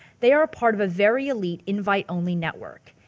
they are a part of a very elite, invite only network.